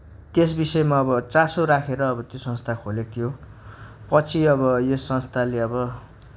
त्यस विषयमा अब चासो राखेर अब त्यो संस्था खोलेको थियो पछि अब यस संस्थाले अब